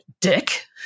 Dick